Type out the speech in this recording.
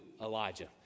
Elijah